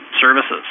services